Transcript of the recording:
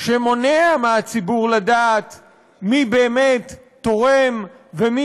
שמונע מהציבור לדעת מי באמת תורם ומי